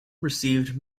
received